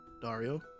dario